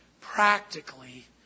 practically